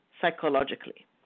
psychologically